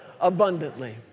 abundantly